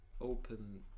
open